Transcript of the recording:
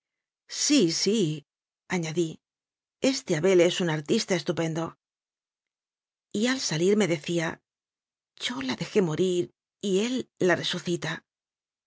habla sí síañadí este abel es un artista estupendo y al salir me decía yo la dejé morir y él la resucita